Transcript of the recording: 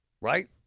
right